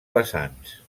vessants